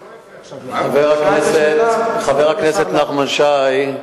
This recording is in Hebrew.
זה לא יפה, חבר הכנסת נחמן שי,